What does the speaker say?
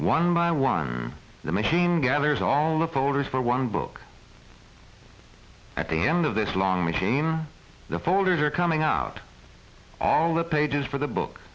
one by one the machine gathers all the posters for one book at the end of this long machine the folders are coming out all the pages for the book